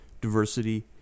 diversity